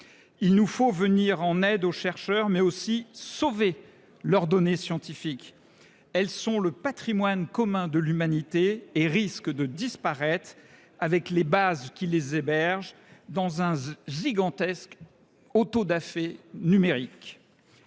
Il nous faut venir en aide aux chercheurs, mais aussi sauver leurs données scientifiques. Elles sont le patrimoine commun de l’humanité et risquent de disparaître, avec les bases qui les hébergent, dans un gigantesque autodafé numérique.